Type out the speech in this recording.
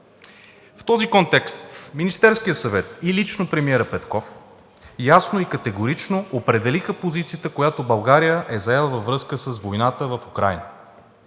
В този контекст Министерският съвет и лично премиерът Петков ясно и категорично определиха позицията, която България е заела във връзка с войната в Украйна.